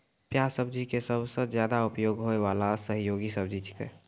प्याज सब्जी के सबसॅ ज्यादा उपयोग होय वाला सहयोगी सब्जी छेकै